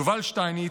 יובל שטייניץ.